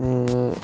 ते